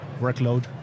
workload